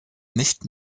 nicht